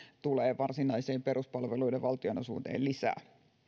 tulee varsinaiseen peruspalveluiden valtionosuuteen lisää